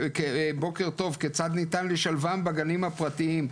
בוקר טוב, כיצד ניתן לשלבם בגנים הפרטיים?